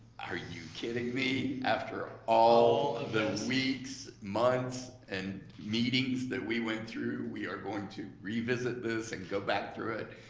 are you me, after all the weeks, months, and meetings that we went through, we are going to revisit this and go back through it?